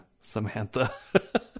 Samantha